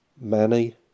Manny